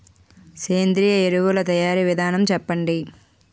సేంద్రీయ ఎరువుల తయారీ విధానం చెప్పండి?